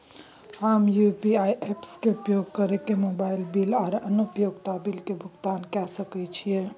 हम UPI apps के उपयोग कैरके मोबाइल बिल आर अन्य उपयोगिता बिल के भुगतान कैर सकलिये हन